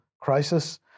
crisis